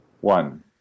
One